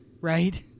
right